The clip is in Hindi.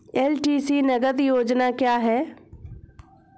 एल.टी.सी नगद योजना क्या है?